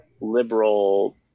liberal